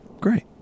Great